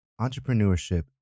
Entrepreneurship